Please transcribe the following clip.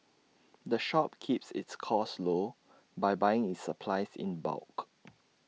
the shop keeps its costs low by buying its supplies in bulk